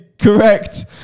Correct